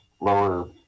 lower